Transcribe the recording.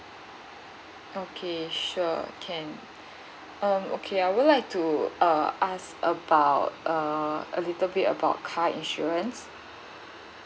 okay sure can um okay I would like to uh ask about uh a little bit about car insurance